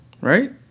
right